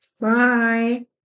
Bye